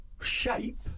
Shape